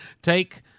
Take